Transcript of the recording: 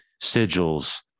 sigils